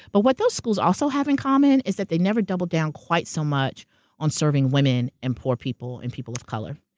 but what those schools also have in common, is that they never doubled down quite so much on serving women, and poor people, and people of color.